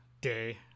day